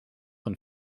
een